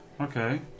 okay